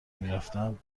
میرفتم